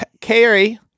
Carrie